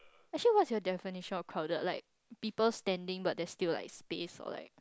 actually what's your definition of crowded like people standing but there's still like space or like